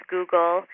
Google